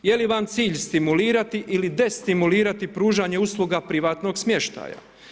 Je li vam cilj stimulirati ili destimulirati pružanje usluga privatnog smještaja.